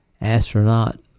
astronaut